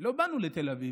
לא באנו לתל אביב,